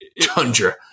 tundra